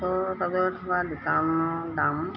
দোকাম দাম